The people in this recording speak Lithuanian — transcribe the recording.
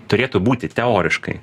turėtų būti teoriškai